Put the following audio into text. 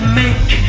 make